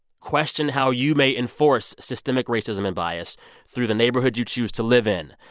question how you may enforce systemic racism and bias through the neighborhood you choose to live in,